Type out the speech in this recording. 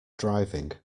driving